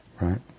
Right